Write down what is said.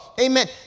amen